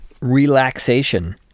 relaxation